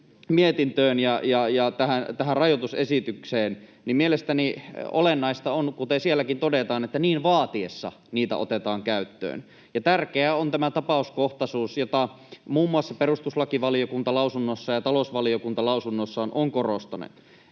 mietintöön ja tähän rajoitusesitykseen, niin mielestäni olennaista on, kuten sielläkin todetaan, että tilanteen niin vaatiessa niitä otetaan käyttöön. Ja tärkeää on tämä tapauskohtaisuus, jota muun muassa perustuslakivaliokunta lausunnossaan ja talousvaliokunta lausunnossaan ovat korostaneet,